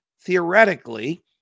Theoretically